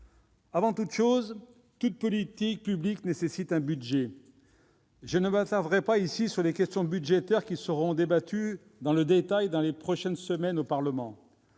Avant toute chose, toute politique publique nécessite un budget. Je ne m'attarderai pas sur les questions budgétaires, qui seront débattues dans le détail dans les prochaines semaines au Parlement.